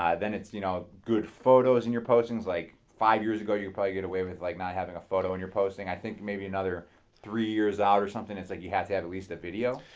then it's you know good photos in your postings. like five years ago you probably get away with like not having a photo and you're posting i think maybe another three years out or something. it's like you have to have at least a video.